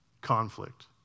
conflict